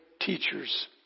teachers